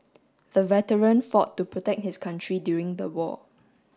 the veteran fought to protect his country during the war